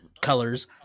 colors